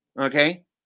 Okay